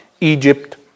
Egypt